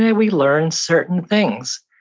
yeah we learn certain things,